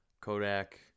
Kodak